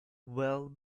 well